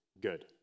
good